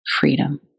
freedom